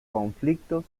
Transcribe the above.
conflictos